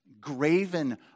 graven